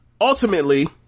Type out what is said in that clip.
ultimately